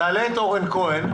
ננסה להעלות את רועי כהן,